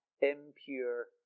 impure